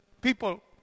people